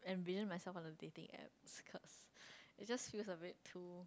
envision myself on a dating app it's cause it just feel a bit too